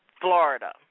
Florida